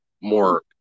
more